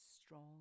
strong